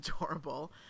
adorable